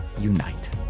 unite